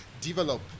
develop